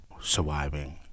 surviving